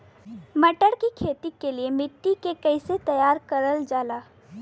मटर की खेती के लिए मिट्टी के कैसे तैयार करल जाला?